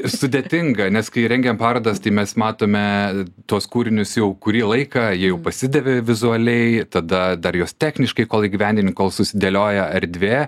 sudėtinga nes kai rengiam parodas tai mes matome tuos kūrinius jau kurį laiką jie jau pasidavė vizualiai tada dar juos techniškai kol įgyvendini kol susidėlioja erdvė